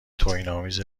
توهینآمیز